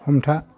हमथा